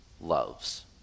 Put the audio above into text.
loves